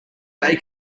day